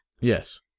Yes